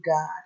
God